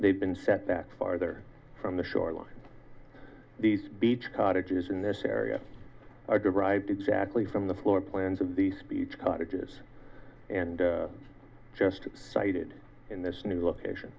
they've been set back farther from the shore line these beach cottages in this area are derived exactly from the floor plans of the speech cottages and just cited in this new location